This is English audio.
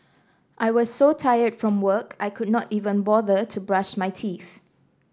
I was so tired from work I could not even bother to brush my teeth